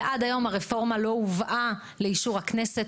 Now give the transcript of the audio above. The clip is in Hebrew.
ועד היום הרפורמה לא הובאה לאישור הכנסת.